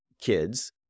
kids